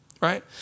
right